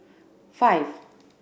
five